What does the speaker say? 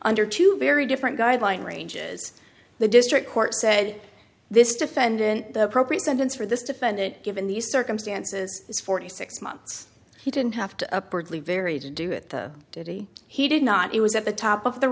under two very different guideline ranges the district court said this defendant the appropriate sentence for this defendant given these circumstances is forty six months he didn't have to a prickly varied to do it the duty he did not it was at the top of the